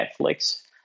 Netflix